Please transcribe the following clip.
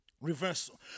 Reversal